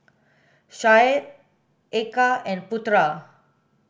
Syed Eka and Putra